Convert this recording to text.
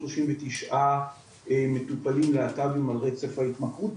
שלושים ותשעה מטופלים להט"בים על רצף ההתמכרות,